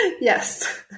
Yes